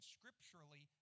Scripturally